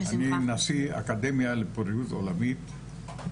אני נשיא האקדמיה לפוריות עולמית,